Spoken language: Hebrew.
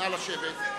נא לשבת.